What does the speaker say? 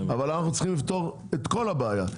אבל אנחנו צריכים לפתור את כל הבעיה.